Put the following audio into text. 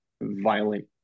violent